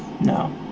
No